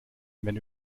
wenn